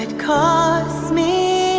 and cost me